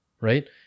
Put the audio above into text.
Right